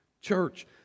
church